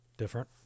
different